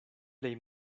plej